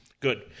Good